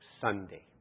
Sunday